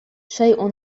شيء